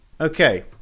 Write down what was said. Okay